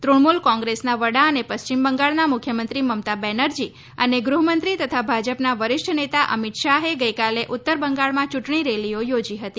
તૃણમુલ કોંગ્રેસના વડા અને પશ્ચિમ બંગાળના મુખ્યમંત્રી મમતા બેનર્જી અને ગૃહમંત્રી તથા ભાજપના વરિષ્ઠ નેતા અમિત શાહે ગઈકાલે ઉત્તર બંગાળમાં યૂંટણી રેલીઓ યોજી હતી